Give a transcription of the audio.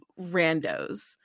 randos